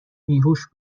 بیهوش